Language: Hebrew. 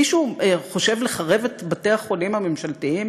מישהו חושב לחרב את בתי-החולים הממשלתיים